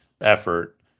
effort